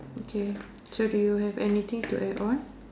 okay so do you have anything to add on